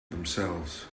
themselves